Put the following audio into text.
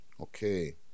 Okay